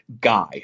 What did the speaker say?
guy